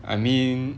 I mean